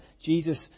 Jesus